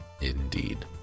indeed